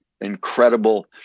incredible